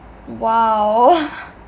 !wow!